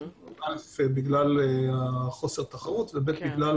בגלל חוסר התחרות, וגם בגלל